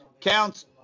counts